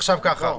אחר כך.